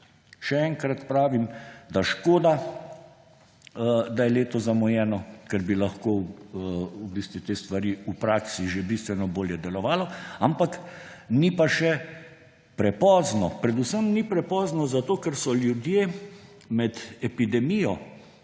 Še enkrat pravim, da je škoda, da je leto zamujeno, ker bi lahko v bistvu te stvari v praksi že bistveno bolje delovale. Ampak ni pa še prepozno. Predvsem ni prepozno zato, ker so ljudje med epidemijo